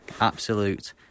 absolute